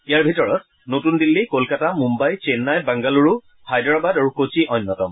ইয়াৰে ভিতৰত নতুন দিল্লী কোলকাতা মূম্বাই চেন্নাই বাঙ্গালুৰু হায়দৰাবাদ আৰু কোচ্চি অন্যতম